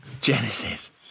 Genesis